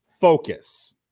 focus